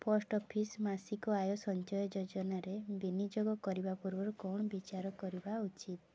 post office ମାସିକ ଆୟ ସଞ୍ଚୟ ଯୋଜନାରେ ବିନିଯୋଗ କରିବା ପୂର୍ବରୁ କ'ଣ ବିଚାର କରିବା ଉଚିତ